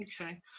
Okay